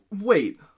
Wait